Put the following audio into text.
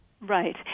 Right